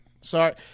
Sorry